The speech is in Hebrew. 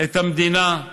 את המדינה.